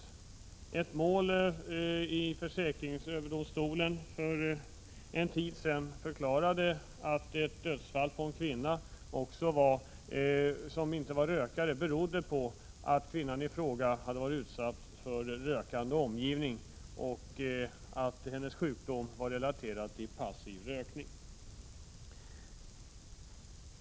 Vid ett mål i försäkringsöverdomstolen för ungefär ett år sedan förklarades att en icke-rökande kvinnas dödsfall berodde på att kvinnan i fråga hade varit utsatt för rökning i omgivningen. Hennes sjukdom och död var alltså relaterad till passiv rökning.